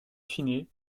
fine